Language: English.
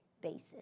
basis